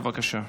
בבקשה.